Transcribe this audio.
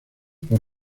por